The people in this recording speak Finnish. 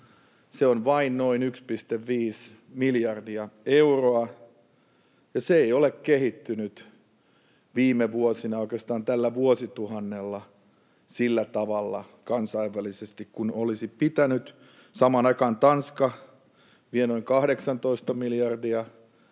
Se on vain noin 1,5 miljardia euroa, ja se ei ole kehittynyt viime vuosina, oikeastaan tällä vuosituhannella, sillä tavalla kansainvälisesti kuin olisi pitänyt. Samaan aikaan Tanska vie noin 18 miljardilla,